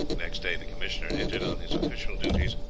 next day the commissioner entered on his official duties,